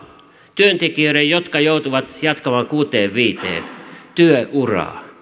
työntekijöiden jotka joutuvat jatkamaan kuuteenkymmeneenviiteen työuraa